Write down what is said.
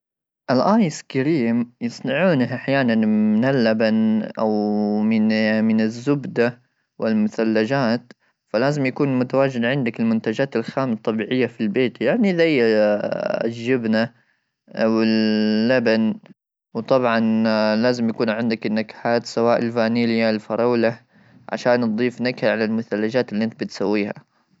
الايس كريم يصنعونه احيانا من اللبن, او من الزبده ,والمثلجات فلازم يكون متواجد عندك المنتجات الخام الطبيعيه في البيت يعني زي الجبنه او اللبن ,وطبعا لازم يكون عندك النكهات سواء الفانيليا الفراوله عشان نضيف نكهه على المثلجات اللي انت بتسويها.